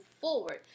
forward